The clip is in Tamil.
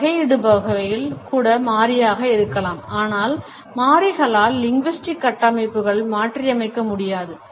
வகையிடுபவைகள் கூட மாறியாக இருக்கலாம் ஆனால் மாறிகளால் linguistic கட்டமைப்புகளை மாற்றியமைக்க முடியாது